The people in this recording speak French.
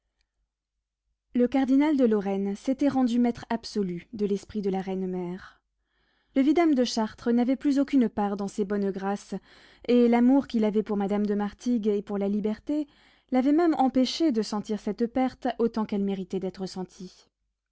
le cardinal de lorraine s'était rendu maître absolu de l'esprit de la reine mère le vidame de chartres n'avait plus aucune part dans ses bonnes grâces et l'amour qu'il avait pour madame de martigues et pour la liberté l'avait même empêché de sentir cette perte autant qu'elle méritait d'être sentie